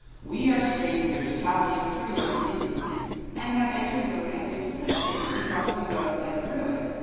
we are strangers traveling through your dominions and have entered your magnificent city because the road led through it,